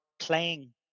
playing